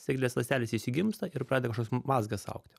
sėklidės ląstelės išsigimsta ir pradeda kažkoks mazgas augti